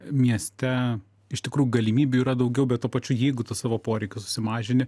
mieste iš tikrų galimybių yra daugiau bet tuo pačiu jeigu tu savo poreikius sumažini